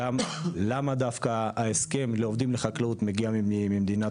2. למה ההסכם לעובדים בחקלאות מגיע דווקא ממדינת